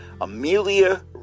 Amelia